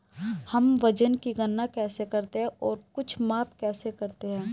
हम वजन की गणना कैसे करते हैं और कुछ माप कैसे करते हैं?